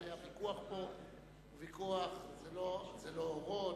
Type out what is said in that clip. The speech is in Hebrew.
הרי הוויכוח פה הוא ויכוח, זה לא "אורות",